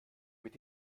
mit